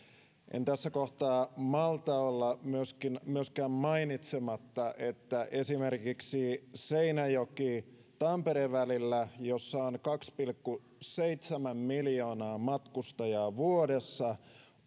en tässä kohtaa malta olla myöskään mainitsematta että esimerkiksi seinäjoki tampere välillä jossa on kaksi pilkku seitsemän miljoonaa matkustajaa vuodessa